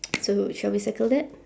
so shall we circle that